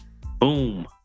Boom